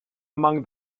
among